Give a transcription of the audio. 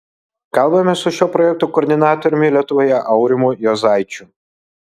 kalbamės su šio projekto koordinatoriumi lietuvoje aurimu juozaičiu